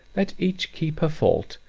let each keep her fault,